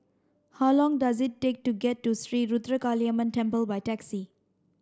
how long does it take to get to Sri Ruthra Kaliamman Temple by taxi